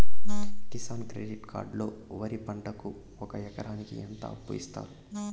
Kisan credit card లో వరి పంటకి ఒక ఎకరాకి ఎంత అప్పు ఇస్తారు?